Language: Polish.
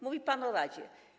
Mówi pan o radzie.